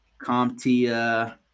CompTIA